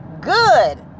good